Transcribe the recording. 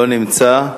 לא נמצא.